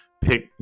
pick